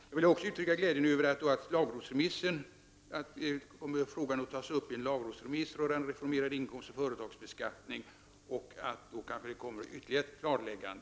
Jag vill också uttrycka min glädje över att frågan om reformering av inkomstoch företagsbeskattning kommer att tas upp i en lagrådsremiss. Då kanske det kommer ytterligare ett klarläggande.